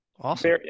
Awesome